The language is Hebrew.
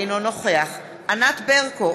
אינו נוכח ענת ברקו,